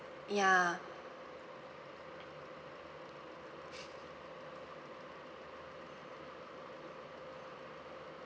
ya